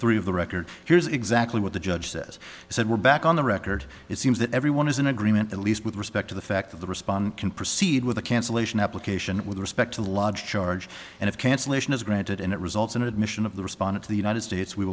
three of the record here's exactly what the judge says he said we're back on the record it seems that everyone is in agreement at least with respect to the fact that the respawn can proceed with a cancellation application with respect to lodge charge and if cancellation is granted and it results in admission of the respondent the united states w